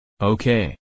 Okay